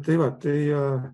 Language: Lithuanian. tai va tai